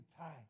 time